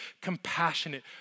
compassionate